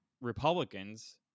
republicans